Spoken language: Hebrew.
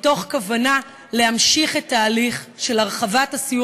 מתוך כוונה להמשיך את ההליך של הרחבת הסיוע